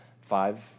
five